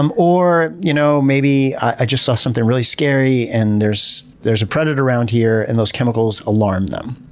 um or you know maybe, i just saw something really scary and there's there's a predator around here, and those chemicals alarm them.